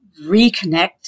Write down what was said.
reconnect